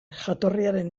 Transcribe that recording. jatorriaren